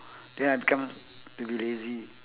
then I become l~ lazy